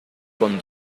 con